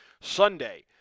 Sunday